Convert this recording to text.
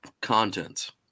contents